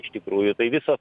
iš tikrųjų tai visos